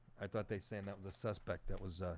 i thought they saying that was a suspect that was